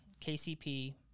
KCP